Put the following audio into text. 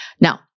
Now